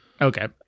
Okay